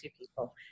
people